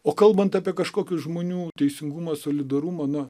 o kalbant apie kažkokius žmonių teisingumą solidarumą na